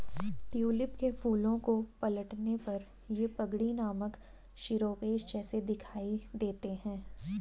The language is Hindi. ट्यूलिप के फूलों को पलटने पर ये पगड़ी नामक शिरोवेश जैसे दिखाई देते हैं